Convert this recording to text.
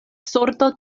sorto